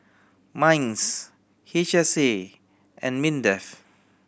MINDS H S A and MINDEF